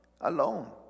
alone